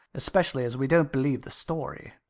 especially as we don't believe the story.